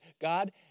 God